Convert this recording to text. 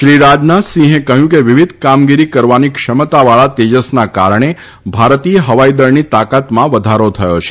શ્રી રાજનાથ સિંહે કહ્યું કે વિવિધ કામગીરી કરવાની ક્ષમતાવાળા તેજસના કારણે ભારતીય હવાઇ દળની તાકાતમાં વધારો થયો છે